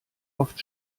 oft